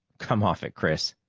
come off it, chris!